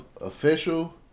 Official